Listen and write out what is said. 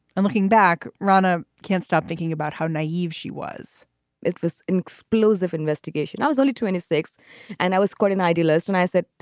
and looking back, rana can't stop thinking about how naive she was it was an explosive investigation. i was only twenty six and i was quite an idealist. and i said,